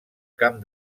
camp